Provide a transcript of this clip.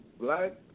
black